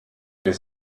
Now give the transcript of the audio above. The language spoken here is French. les